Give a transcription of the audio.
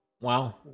wow